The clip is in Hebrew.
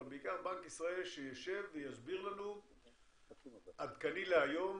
אבל בעיקר בנק ישראל שיישב ויסביר לנו עדכני להיום